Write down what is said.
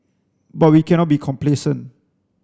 but we cannot be complacent